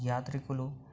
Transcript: యాత్రికులు